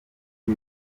y’u